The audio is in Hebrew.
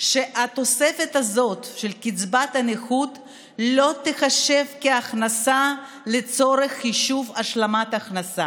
שהתוספת הזאת של קצבת הנכות לא תיחשב כהכנסה לצורך חישוב השלמת הכנסה.